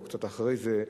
או קצת אחרי זה,